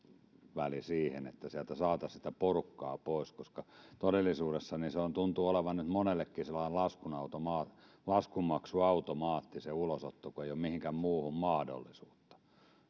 siihen että sieltä saataisi sitä porukkaa pois koska todellisuudessa se ulosotto tuntuu olevan nyt monellekin sellainen laskunmaksuautomaatti laskunmaksuautomaatti kun ei ole mihinkään muuhun mahdollisuutta